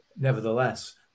nevertheless